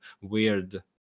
weird